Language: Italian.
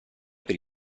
per